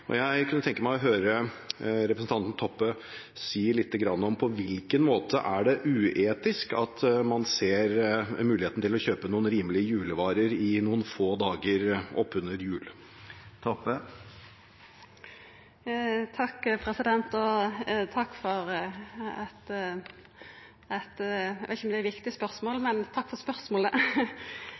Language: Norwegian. betenkelig. Jeg kunne tenke meg å høre representanten Toppe si lite grann om på hvilken måte det er uetisk at man ser muligheten til å kjøpe noen rimelige julevarer noen få dager oppunder jul. Eg veit ikkje om det er viktig, men takk for spørsmålet.